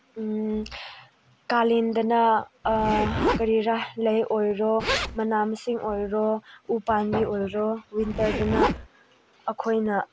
ꯀꯥꯂꯦꯟꯗꯅ ꯀꯔꯤꯔ ꯂꯩ ꯑꯣꯏꯔꯣ ꯃꯅꯥ ꯃꯁꯤꯡ ꯑꯣꯏꯔꯣ ꯎ ꯄꯥꯝꯕꯤ ꯑꯣꯏꯔꯣ ꯋꯤꯟꯇꯔꯗꯅ ꯑꯩꯈꯣꯏꯅ